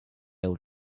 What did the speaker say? old